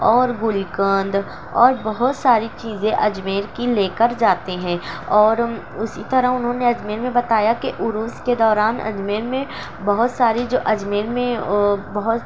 اور گلقند اور بہت ساری چیزیں اجمیر کی لے کر جاتے ہیں اور اسی طرح انہوں نے اجمیر میں بتایا کہ عرس کے دوران اجمیر میں بہت ساری جو اجمیر میں وہ بہت